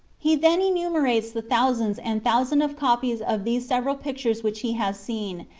he then enumerates the thousands and thousand of copies of these several pictures which he has seen,